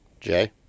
Jay